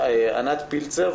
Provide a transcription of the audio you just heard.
ענת פילצר סומך.